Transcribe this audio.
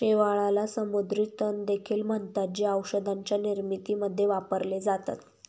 शेवाळाला समुद्री तण देखील म्हणतात, जे औषधांच्या निर्मितीमध्ये वापरले जातात